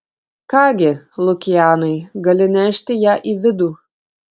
ką gi lukianai gali nešti ją į vidų